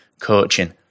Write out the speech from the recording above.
coaching